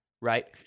Right